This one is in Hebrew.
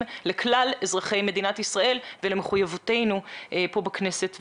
לכלל אזרחי מדינת ישראל ולמחויבות שלנו כאן בכנסת ובכלל.